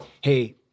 Hey